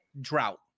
drought